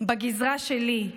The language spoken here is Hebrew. בגזרה שלי,